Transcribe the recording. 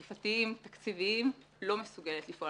אכיפתיים, תקציביים, לא מסוגלים לפעול.